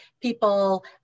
people